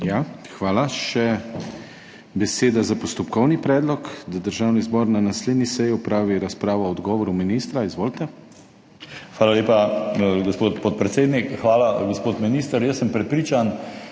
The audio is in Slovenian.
Hvala. Še beseda za postopkovni predlog, da Državni zbor na naslednji seji opravi razpravo o odgovoru ministra. Izvolite. JOŽEF HORVAT (PS NSi): Hvala lepa, gospod podpredsednik. Hvala, gospod minister. Prepričan